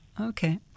Okay